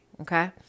Okay